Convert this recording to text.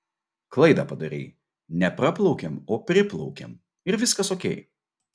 klaidą padarei ne praplaukiam o priplaukiam ir viskas okei